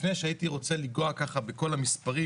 לפני שהייתי רוצה לגעת ככה בכל המספרים